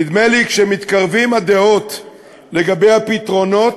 ונדמה לי, כשמתקרבות הדעות לגבי הפתרונות,